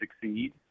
succeed